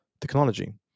technology